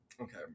Okay